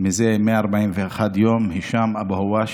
מזה 141 יום הישאם אבו הואש.